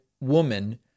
woman